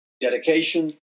dedication